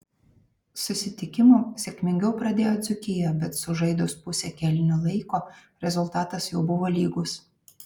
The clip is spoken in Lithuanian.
susitikimą sėkmingiau pradėjo dzūkija bet sužaidus pusę kėlinio laiko rezultatas jau buvo lygus